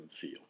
feel